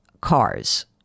cars